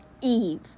Eve